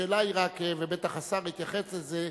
השאלה היא רק, ובטח השר יתייחס לזה,